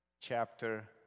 chapter